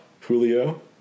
Julio